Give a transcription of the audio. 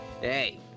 Hey